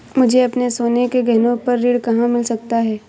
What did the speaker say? मुझे अपने सोने के गहनों पर ऋण कहाँ मिल सकता है?